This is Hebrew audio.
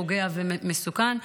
פוגע ומסוכן,